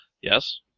Yes